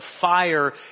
fire